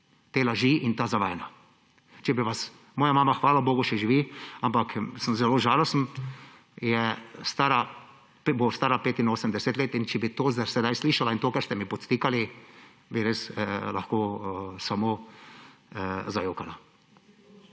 te laži in ta zavajanja. Če bi vas – moja mama, hvala bogu, še živi, ampak sem zelo žalosten, stara bo 85 let, in če bi to sedaj slišala in to, kar ste mi podtikali, bi res lahko samo zajokala.